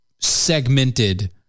segmented